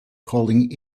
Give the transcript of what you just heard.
calling